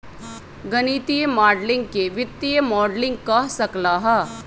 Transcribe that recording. गणितीय माडलिंग के वित्तीय मॉडलिंग कह सक ल ह